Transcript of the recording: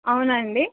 అవును అండి